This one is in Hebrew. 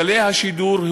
גלי השידור,